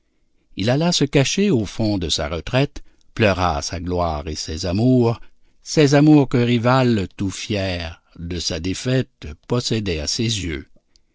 il alla se cacher au fond de sa retraite pleura sa gloire et ses amours ses amours qu'un rival tout fier de sa défaite possédait à ses yeux